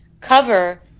cover